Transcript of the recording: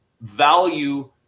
value